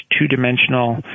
two-dimensional